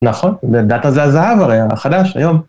נכון, זה דאטה זה הזהב הרי, החדש, היום.